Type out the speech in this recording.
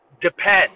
depend